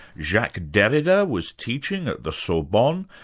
jacques derrida was teaching at the sorbonne,